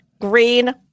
Green